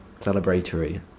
Celebratory